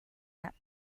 not